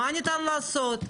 מה ניתן לעשות?